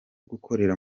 gukorera